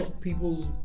people's